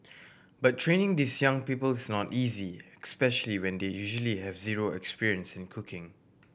but training these young people is not easy especially when they usually have zero experience in cooking